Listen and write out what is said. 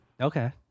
Okay